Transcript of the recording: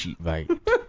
right